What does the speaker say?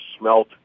smelt